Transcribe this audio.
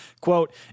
quote